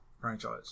franchise